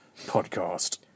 podcast